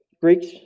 Greeks